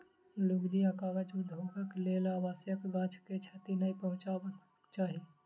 लुगदी आ कागज उद्योगक लेल अनावश्यक गाछ के क्षति नै पहुँचयबाक चाही